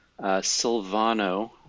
Silvano